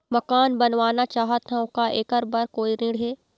मकान बनवाना चाहत हाव, का ऐकर बर कोई ऋण हे?